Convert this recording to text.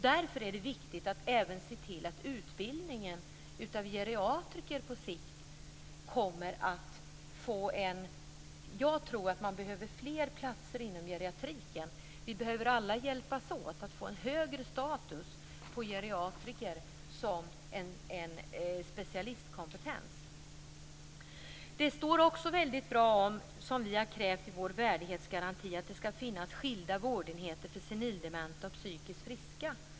Därför är det viktigt att antalet platser inom utbildningen av geriatriker på sikt kommer att bli fler. Vi behöver alla hjälpas åt att skapa en högre status på geriatriker som specialistkompetens. Vi har i vår värdighetsgaranti krävt att det skall finnas skilda vårdenheter för senildementa och psykiskt friska.